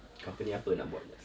company apa nak buat uh